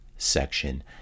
Section